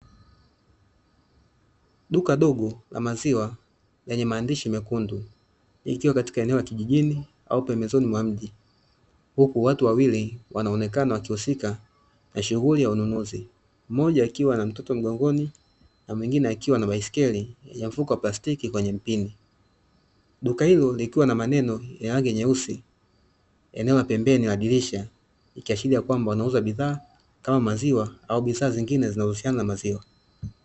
Duka dogo la maziwa lenye maandishi mekundu likiwa katika eneo la kijijini au pembezoni mwa mji. Huku watu wawili wanaonekana wakihusika na shughuli ya ununuzi, mmoja akiwa na mtoto mgongoni na mwingine akiwa na baiskeli ya mfuko wa plastiki kwenye mpini. Duka hilo likiwa na maneno ya rangi nyeusi eneo la pembeni la dirisha, ikiashiria kwamba wanauza bidhaa kama maziwa au bidhaa zingine zinazohusiana na maziwa.